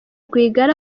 rwigara